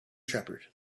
shepherd